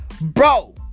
Bro